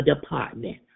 department